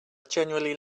generally